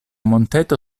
monteto